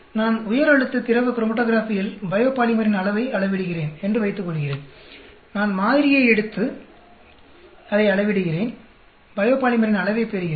நான் உயர் அழுத்த திரவ க்ரோமேடோக்ராபியில் பயோபாலிமரின் அளவை அளவிடுகிறேன் என்று வைத்துக்கொள்கிறேன் நான் மாதிரியை எடுத்து அதை அளவிடுகிறேன் பயோபாலிமரின் அளவைப் பெறுகிறேன்